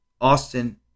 Austin